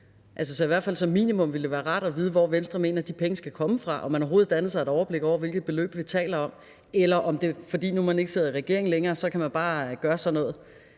det i hvert fald som minimum være rart at vide, hvor Venstre mener at de penge skal komme fra, og om man overhovedet har dannet sig et overblik over, hvilket beløb vi taler om, eller om man, fordi man nu ikke sidder i regering længere, bare kan gøre sådan noget